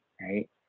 right